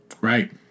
Right